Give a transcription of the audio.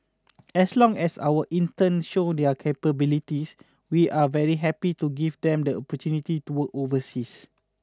as long as our interns show their capabilities we are very happy to give them the opportunity to work overseas